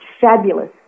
fabulous